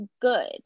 good